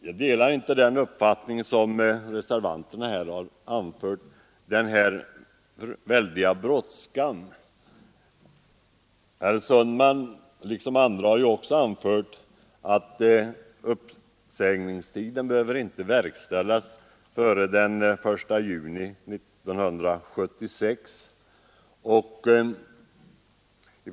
Jag delar inte den uppfattning som reservanterna här har anfört, att det skulle vara en sådan väldig brådska. Herr Sundman har liksom andra nämnt att uppsägningen inte behöver verkställas före den 1 juni 1976.